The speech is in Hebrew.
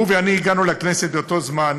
הוא ואני הגענו לכנסת באותו זמן,